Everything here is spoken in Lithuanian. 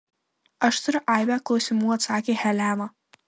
aš turiu aibę klausimų atsakė helena